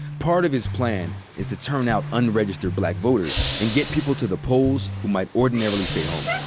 part of his plan is to turn out unregistered black voters, and get people to the polls who might ordinarily stay home.